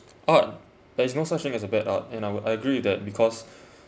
art there is no such thing as bad art and I would agree with that because